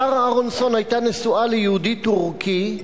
שרה אהרונסון היתה נשואה ליהודי טורקי,